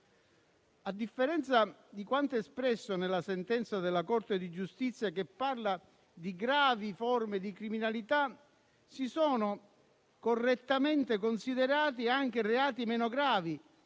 A differenza di quanto espresso nella sentenza della Corte di giustizia che parla di gravi forme di criminalità, si sono correttamente considerati anche i reati meno gravi